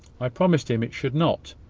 i promised him it should not,